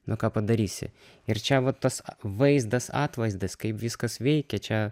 nu ką padarysi ir čia va tas vaizdas atvaizdas kaip viskas veikia čia